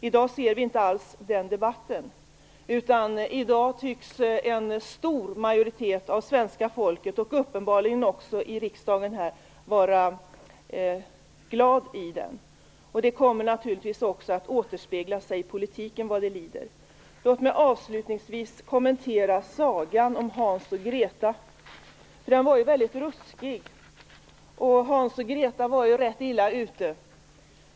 I dag hör vi inte alls den debatten, utan i dag tycks en stor majoritet av svenska folket och uppenbarligen också av riksdagen vara glad i den offentliga sektorn. Detta kommer naturligtvis också att återspegla sig i politiken vad det lider. Låt mig avslutningsvis kommentera sagan om Hans och Greta. Den var väldigt ruskig. Hans och Greta var rätt illa ute.